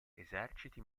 eserciti